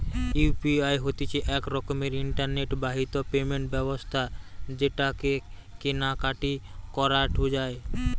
UPI হতিছে এক রকমের ইন্টারনেট বাহিত পেমেন্ট ব্যবস্থা যেটাকে কেনা কাটি করাঢু যায়